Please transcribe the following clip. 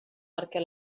perquè